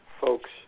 folks